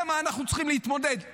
עם זה אנחנו צריכים להתמודד.